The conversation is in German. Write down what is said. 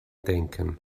denken